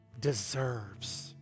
deserves